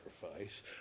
sacrifice